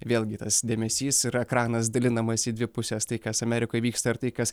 vėlgi tas dėmesys ir ekranas dalinamas į dvi puses tai kas amerikoj vyksta ir tai kas